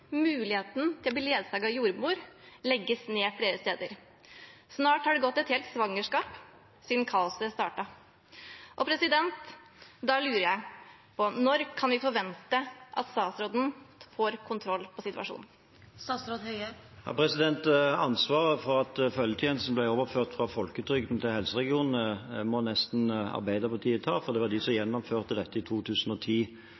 muligheten til å bli ledsaget av jordmor, legges ned flere steder. Snart har det gått et helt svangerskap siden kaoset startet. Da lurer jeg på når vi kan forvente at statsråden får kontroll på situasjonen. Ansvaret for at følgetjenesten ble overført fra folketrygden til helseregionene, må nesten Arbeiderpartiet ta, for det var de som